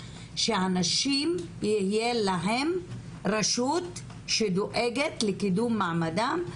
שהנשים יהיה להן רשות שדואגת לקידום מעמדן.